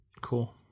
Cool